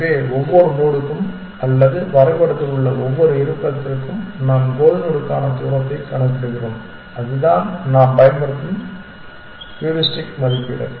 எனவே ஒவ்வொரு நோடுக்கும் அல்லது வரைபடத்தில் உள்ள ஒவ்வொரு இருப்பிடத்திற்கும் நாம் கோல் நோடுக்கான தூரத்தை கணக்கிடுகிறோம் அதுதான் நாம் பயன்படுத்தும் ஹூரிஸ்டிக் மதிப்பீடு